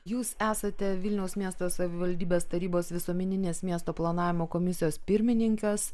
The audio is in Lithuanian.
jūs esate vilniaus miesto savivaldybės tarybos visuomeninės miesto planavimo komisijos pirmininkas